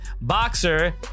boxer